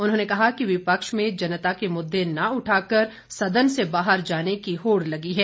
उन्होंने कहा कि विपक्ष में जनता के मुद्दे न उठाकर सदन से बाहर जाने की होड़ लगी है